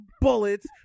bullets